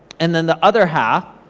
and then the other half,